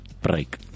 Break